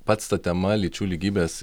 pats ta tema lyčių lygybės